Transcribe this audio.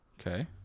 Okay